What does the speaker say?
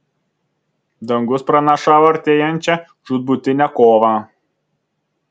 dangus pranašavo artėjančią žūtbūtinę kovą